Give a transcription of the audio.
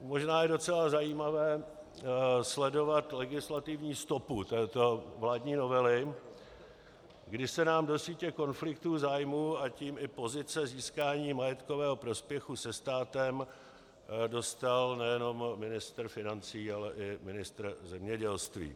Možná je docela zajímavé sledovat legislativní stopu této vládní novely, kdy se nám do sítě konfliktů zájmů, a tím i pozice získání majetkového prospěchu se státem dostal nejenom ministr financí, ale i ministr zemědělství.